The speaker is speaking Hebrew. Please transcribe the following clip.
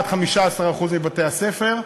10% 15% מבתי-הספר.